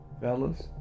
fellas